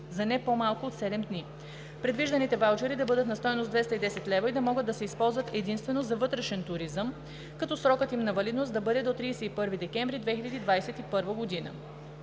за не по-малко от седем дни. Предвижданите ваучери да бъдат на стойност 210 лв. и да могат да се използват единствено за вътрешен туризъм, като срокът им на валидност да бъде до 31 декември 2021 г.